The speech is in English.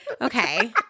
okay